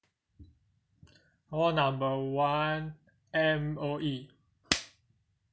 call number one M_O_E